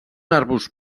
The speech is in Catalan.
arbust